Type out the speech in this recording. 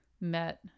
met